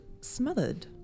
Smothered